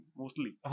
mostly